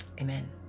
Amen